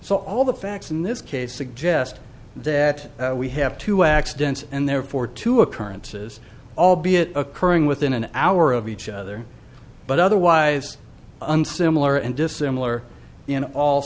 so all the facts in this case suggest that we have two accidents and therefore two occurrences albeit occurring within an hour of each other but otherwise unsimilar and dissimilar in all